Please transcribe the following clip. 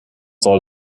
soll